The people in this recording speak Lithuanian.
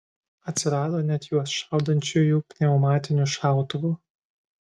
atsirado net juos šaudančiųjų pneumatiniu šautuvu